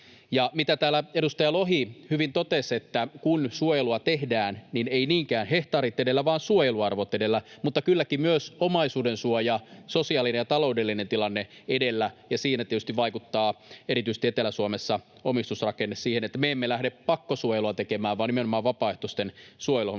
kuin täällä edustaja Lohi hyvin totesi, kun suojelua tehdään, sitä ei tehdä niinkään hehtaarit edellä vaan suojeluarvot edellä, mutta kylläkin myös omaisuudensuoja, sosiaalinen ja taloudellinen tilanne edellä, ja siinä tietysti vaikuttaa erityisesti Etelä-Suomessa omistusrakenne siihen, että me emme lähde pakkosuojelua tekemään, vaan nimenomaan vapaaehtoisten suojeluhommien